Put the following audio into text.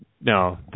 No